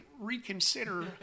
reconsider